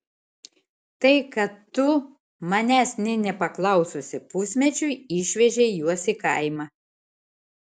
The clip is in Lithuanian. tai kad tu manęs nė nepaklaususi pusmečiui išvežei juos į kaimą